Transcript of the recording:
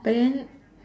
but then